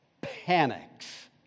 panics